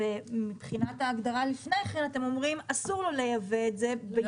מבחינת ההגדרה לפני כן אתם אומרים שאסור לו לייבא את זה.